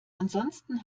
ansonsten